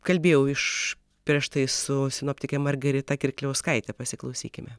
kalbėjau iš prieš tai su sinoptike margarita kirkliauskaite pasiklausykime